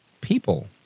people